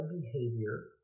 behavior